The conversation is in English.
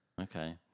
Okay